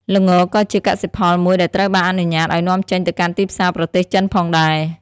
ល្ងក៏ជាកសិផលមួយដែលត្រូវបានអនុញ្ញាតឱ្យនាំចេញទៅកាន់ទីផ្សារប្រទេសចិនផងដែរ។